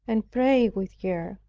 and pray with her.